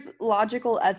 logical